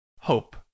hope